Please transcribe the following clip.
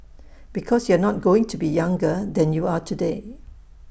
because you are not going to be younger than you are today